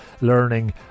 learning